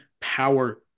power